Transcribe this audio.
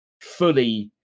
fully